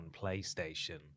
PlayStation